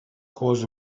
goes